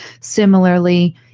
similarly